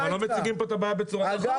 אבל לא מציגים פה את הבעיה בצורה נכונה.